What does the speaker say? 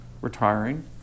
retiring